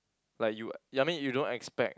like you I mean you don't expect